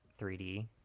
3D